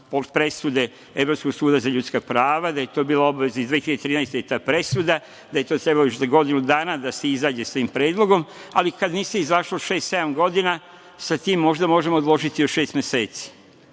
presude Evropskog suda za ljudska prava, da je to bila obaveza iz 2013. godine, ta presuda, da je to trebalo još za godinu dana da se izađe sa ovim predlogom, ali kada se nije izašlo šest, sedam godina sa tim, možda možemo odložiti još šest meseci?